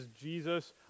Jesus